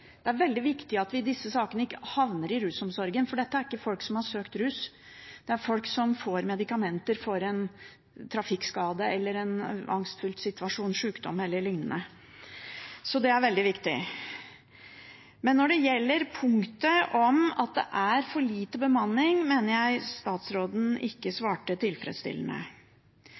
Det er veldig viktig at disse sakene ikke havner i rusomsorgen, for dette er ikke folk som har søkt rus, det er folk som får medikamenter for en trafikkskade, en angstfylt situasjon, sykdom eller lignende. Så det er veldig viktig. Men når det gjelder punktet om at det er for lite bemanning, mener jeg statsråden ikke svarte tilfredsstillende.